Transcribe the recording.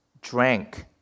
drank